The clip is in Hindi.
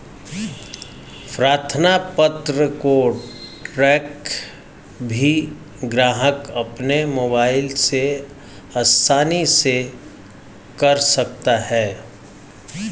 प्रार्थना पत्र को ट्रैक भी ग्राहक अपने मोबाइल से आसानी से कर सकता है